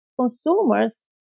consumers